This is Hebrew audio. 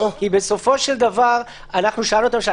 כי בסופו של דבר אנחנו שאלנו את הממשלה